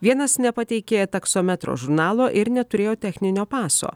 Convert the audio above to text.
vienas nepateikė taksometro žurnalo ir neturėjo techninio paso